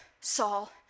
Saul